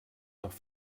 nach